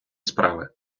справи